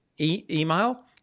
email